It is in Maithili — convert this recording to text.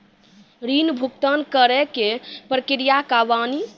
ऋण भुगतान करे के प्रक्रिया का बानी?